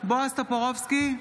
בועז טופורובסקי,